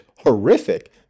Horrific